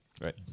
Right